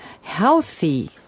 healthy